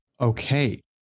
okay